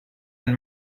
ein